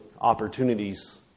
opportunities